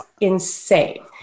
insane